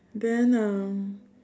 then um